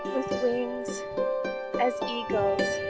wings as eagles